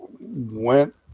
went